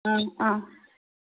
অঁ